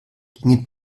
ginge